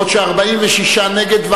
46 נגד,